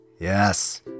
Yes